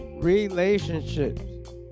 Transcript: relationships